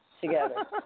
together